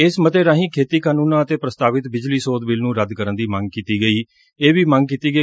ਇਸ ਮਤੇ ਰਾਹੀ ਖੇਤੀ ਕਾਨੂੰਨਾਂ ਅਤੇ ਪ੍ਸਤਾਵਿਤ ਬਿਜਲੀ ਸੋਧ ਬਿੱਲ ਨੂੰ ਰੱਦ ਕਰਨ ਦੀ ਮੰਗ ਕੀਤੀ ਗਈ